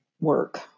work